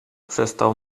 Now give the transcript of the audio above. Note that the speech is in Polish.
przestał